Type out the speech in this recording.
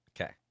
Okay